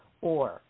org